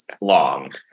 long